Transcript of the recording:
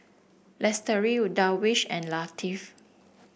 Darwish and Latif